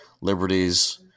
liberties